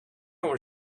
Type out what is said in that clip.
where